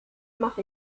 mach